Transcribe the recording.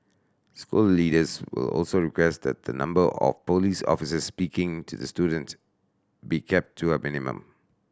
school leaders will also request that the number of police officers speaking to the student be kept to a minimum